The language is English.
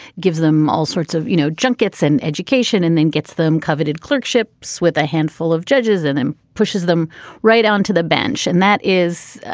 gives them all sorts of, you know, junkets and education, and then gets them coveted clerkships with a handful of judges and then pushes them right onto the bench. and that is,